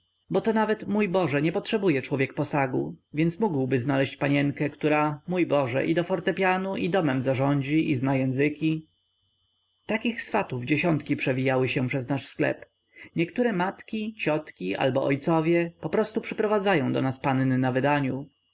bo to nawet mój boże nie potrzebuje człowiek posagu więc mógłby znaleźć panienkę która mój boże i do fortepianu i domem zarządzi i zna języki takich swatów dziesiątki przewijają się przez nasz sklep niektóre matki ciotki albo ojcowie poprostu przyprowadzają do nas panny na wydaniu